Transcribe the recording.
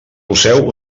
poseu